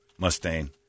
Mustaine